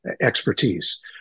expertise